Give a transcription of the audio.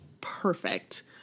Perfect